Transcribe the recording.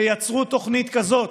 תייצרו תוכנית כזאת,